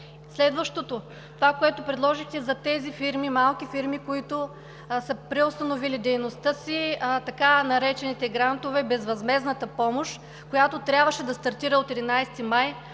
Следващото – това, което предложихте за малките фирми, които са преустановили дейността си, така наречените грантове – безвъзмездната помощ, която трябваше да стартира от 11 май,